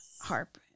harp